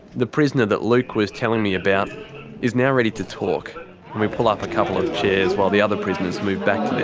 the prisoner that luke was telling me about is now ready to talk, and we pull up a couple of chairs while the other prisoners move back to their